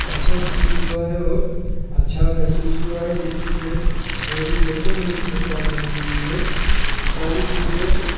अच्छा फील हुआ है और अच्छा महसूस हुआ है जो कुछ है मोदी जब से मोदी सरकार बनी हुई है सारी चीज़ें